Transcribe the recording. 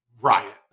riot